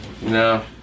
No